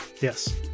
Yes